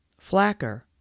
Flacker